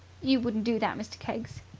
you wouldn't do that, mr. keggs!